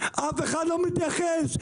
אף אחד לא מתייחס.